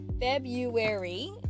February